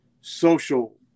social